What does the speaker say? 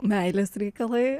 meilės reikalai